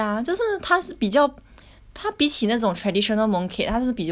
他比起那种 traditional mooncake 他是比如像那种一层一层皮的那种